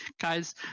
guys